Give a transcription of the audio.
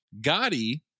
Gotti